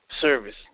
service